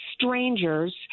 strangers